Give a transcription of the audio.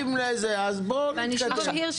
אז בואו נתקדם.